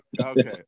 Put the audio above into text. okay